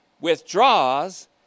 withdraws